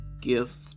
gift